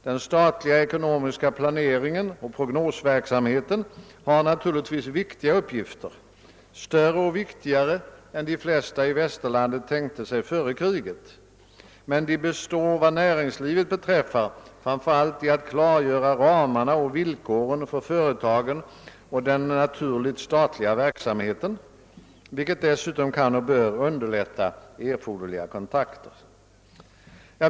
Den statliga ekonomiska planeringen och prognosverksamheten har naturligtvis viktiga uppgifter — större och viktigare än de flesta i Västerlandet tänkte sig före kriget — men de består vad näringslivet beträffar framför allt i att klargöra ramarna och villkoren för företagen och den naturligt statliga verksamheten, vilket dessutom kan och bör underlätta erforderliga kontakter.